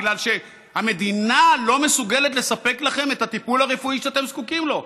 בגלל שהמדינה לא מסוגלת לספק לכם את הטיפול הרפואי שאתם זקוקים לו.